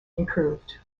improved